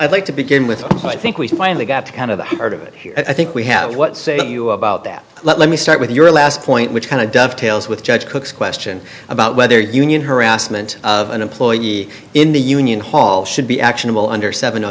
i'd like to begin with and i think we finally got to kind of the heart of it here i think we have what say you about that let me start with your last point which kind of dovetails with judge cook's question about whether union harassment of an employee we in the union hall should be actionable under seven